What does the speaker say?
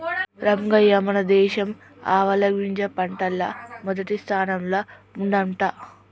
రంగయ్య మన దేశం ఆవాలగింజ పంటల్ల మొదటి స్థానంల ఉండంట